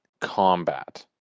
combat